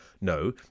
no